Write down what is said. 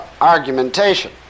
argumentation